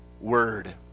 word